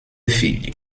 figli